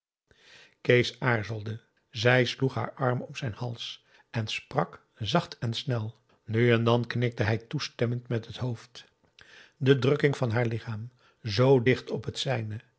kees aarzelde zij sloeg haar arm om zijn hals en sprak zacht en snel nu en dan knikte hij toestemmend met het hoofd de drukking van haar lichaam zoo dicht op het zijne